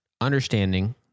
understanding